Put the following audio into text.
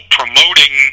promoting